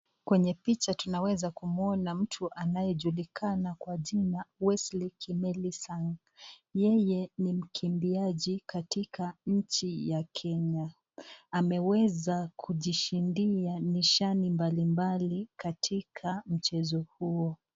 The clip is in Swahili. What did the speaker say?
Kwenye picha tunaweza kumuona mtu anayejulikana kwa jina Wesley Kimeli sang. Yeye ni mkimbiaji katika nchi ya Kenya. Ameweza kujishindia nishani mbalimbali katika mchezo huo.